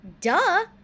duh